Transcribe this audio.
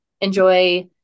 enjoy